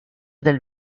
del